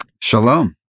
Shalom